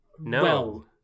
No